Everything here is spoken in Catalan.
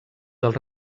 dels